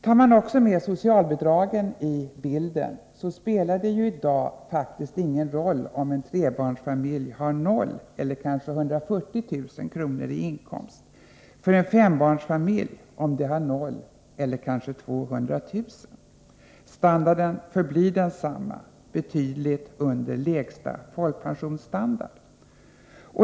Tas även socialbidragen med i bilden spelar det i dag faktiskt ingen roll om en trebarnsfamilj har 0 eller kanske 140 000 kr. iinkomst, om en fembarnsfamilj har 0 eller 200 000 kr. i inkomst. Standarden förblir densamma, betydligt under lägsta folkpensionsstandard.